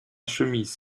chemise